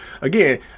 again